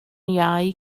iau